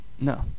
No